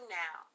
now